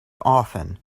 often